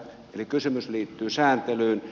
eli kysymys liittyy sääntelyyn